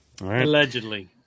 allegedly